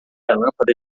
lâmpada